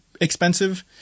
expensive